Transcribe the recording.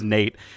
Nate